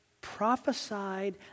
prophesied